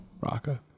Raka